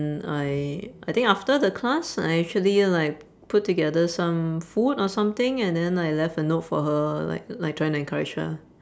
I I think after the class I actually like put together some food or something and then I left a note for her like like trying to encourage her